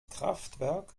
kraftwerk